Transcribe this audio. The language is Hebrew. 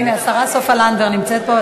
הנה, השרה סופה לנדבר נמצאת פה.